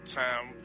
time